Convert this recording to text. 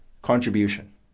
contribution